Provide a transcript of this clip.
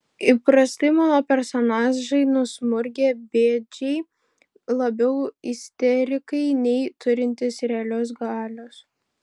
įprastai mano personažai nusmurgę bėdžiai labiau isterikai nei turintys realios galios